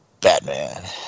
batman